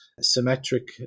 symmetric